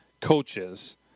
coaches